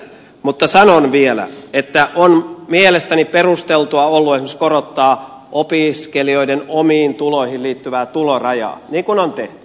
mutta sanon vielä että on mielestäni perusteltua ollut esimerkiksi korottaa opiskelijoiden omiin tuloihin liittyvää tulorajaa niin kuin on tehty